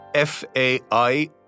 FAI